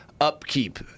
upkeep